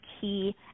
key